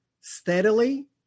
steadily